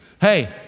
Hey